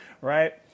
right